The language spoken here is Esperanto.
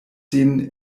sin